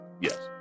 Yes